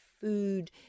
food